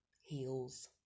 heels